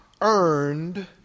earned